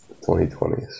2020s